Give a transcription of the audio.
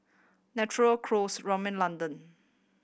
Naturel Kose Rimmel London